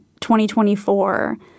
2024